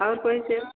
ओर कोई सेवा